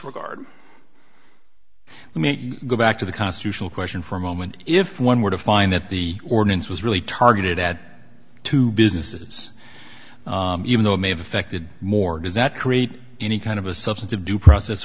regard let me go back to the constitutional question for a moment if one were to find that the ordinance was really targeted at two businesses even though it may have affected more does that create any kind of a substantive due process